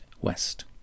West